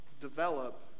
develop